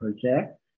project